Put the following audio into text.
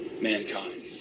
mankind